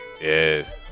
Yes